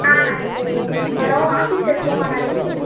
ஆ நாளைக்கு வரோம் ஆஃபீஸ் இருக்குமா நாளைக்கு